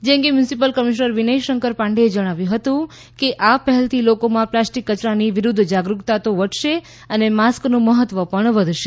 જે અંગે municipal commissioner Vinay Shankar પાંડેએ જણાવ્યું હતું કે આ પહેલથી લોકોમાં પ્લાસ્ટિક કચરાની વિરુદ્ધ જાગરૂકતા વધશે સાથે માસ્કનું મહત્વ પણ વધશે